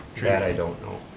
that i don't know.